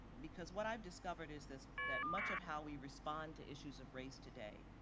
because what i've discovered is this, that much of how we respond to issues of race today,